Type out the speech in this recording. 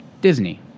Disney